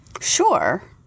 Sure